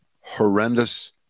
horrendous